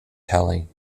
telling